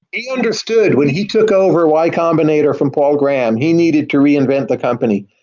he understood, when he took over y combinator from paul graham, he needed to reinvent the company,